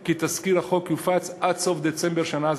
כי תזכיר החוק יופץ עד סוף דצמבר השנה.